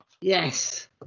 Yes